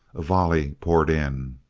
a volley poured in.